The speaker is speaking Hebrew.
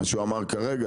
מה שמר ביטן אמר כרגע,